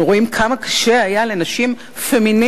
אנחנו רואים כמה קשה היה לנשים פמיניסטיות